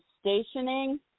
stationing